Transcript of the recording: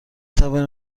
توانیم